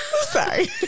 sorry